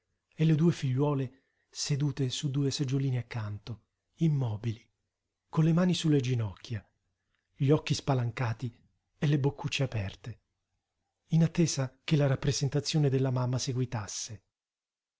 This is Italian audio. e le due figliuole sedute su due seggioline accanto immobili con le mani su le ginocchia gli occhi spalancati e le boccucce aperte in attesa che la rappresentazione della mamma seguitasse